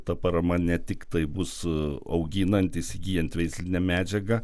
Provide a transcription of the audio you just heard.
ta parama ne tiktai bus auginant įsigyjant veislinę medžiagą